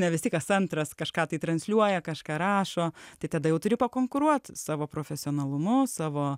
ne visi kas antras kažką tai transliuoja kažką rašo tai tada jau turi pakonkuruot savo profesionalumu savo